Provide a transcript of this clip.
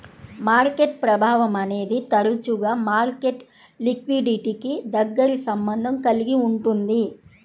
market ప్రభావం అనేది తరచుగా మార్కెట్ లిక్విడిటీకి దగ్గరి సంబంధం కలిగి ఉంటుంది